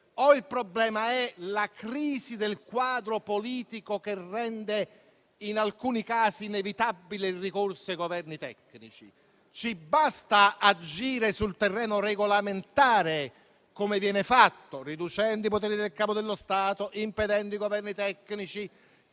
o il problema è la crisi del quadro politico, che in alcuni casi rende inevitabile il ricorso ai Governi tecnici? Ci basta agire sul terreno regolamentare, come viene fatto, riducendo i poteri del Capo dello Stato, impedendo i Governi tecnici,